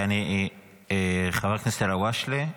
חבר הכנסת אלהואשלה,